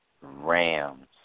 Rams